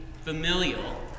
familial